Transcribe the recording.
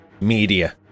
media